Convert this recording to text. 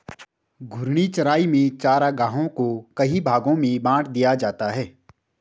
घूर्णी चराई में चरागाहों को कई भागो में बाँट दिया जाता है